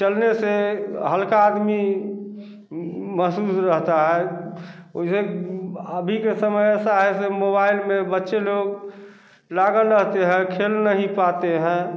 चलने से हल्का आदमी मासूम सा रहता है उसे अभी के समय ऐसा है जैसे मोबाइल में बच्चे लोग लागन रहते हैं खेल नहीं पाते हैं